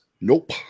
Nope